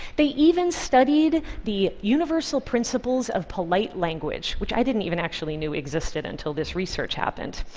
they even studied the universal principles of polite language, which i didn't even actually know existed until this research happened.